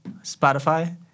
Spotify